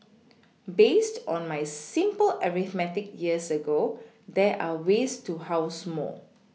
based on my simple arithmetic years ago there are ways to house more